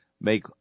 make